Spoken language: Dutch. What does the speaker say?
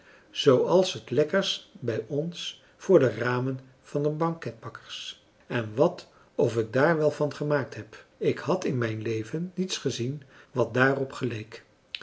zooals het lekkers bij ons voor de ramen van de banketbakkers en wat of ik daar wel van gemaakt heb ik had van mijn leven niets gezien wat daarop geleek